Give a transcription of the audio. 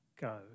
go